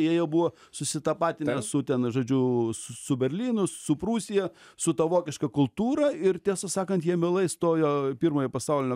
jie jau buvo susitapatinę su ten žodžiu s su berlynu su prūsija su ta vokiška kultūra ir tiesą sakant jie mielai stojo pirmojo pasaulinio